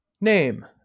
name